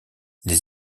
les